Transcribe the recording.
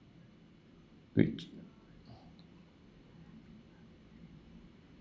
wait